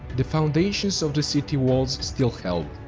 the foundations of the city walls still held.